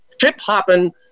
chip-hopping